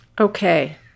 Okay